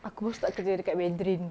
aku baru start kerja dekat mandarin